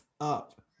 up